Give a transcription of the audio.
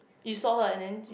you saw her and then